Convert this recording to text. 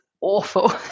awful